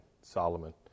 Solomon